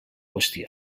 qüestió